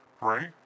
right